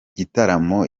gitaramo